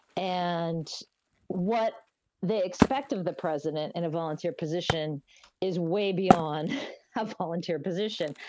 and what they expect of the president in a volunteer position is way beyond a volunteer position.